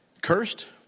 cursed